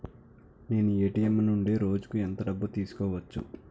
నేను ఎ.టి.ఎం నుండి రోజుకు ఎంత డబ్బు తీసుకోవచ్చు?